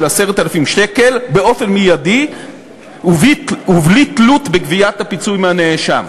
10,000 שקל באופן מיידי ובלי תלות בגביית הפיצוי מהנאשם.